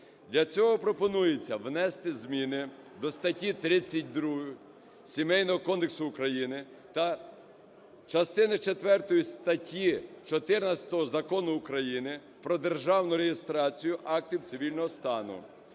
Для цього пропонується внести зміни до статті 32 Сімейного кодексу України та частини четвертої статті 14 Закону України "Про державну реєстрацію актів цивільного стану",